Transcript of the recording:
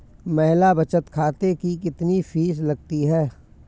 महिला बचत खाते की कितनी फीस लगती है?